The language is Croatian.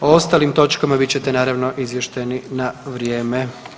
O ostalim točkama bit ćete naravno izvješteni na vrijeme.